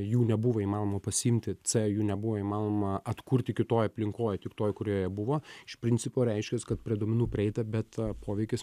jų nebuvo įmanoma pasiimti c jų nebuvo įmanoma atkurti kitoj aplinkoj tik toj kurioje buvo iš principo reiškias kad prie duomenų prieita bet a poveikis